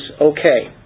okay